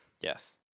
Yes